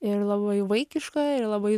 ir labai vaikiška ir labai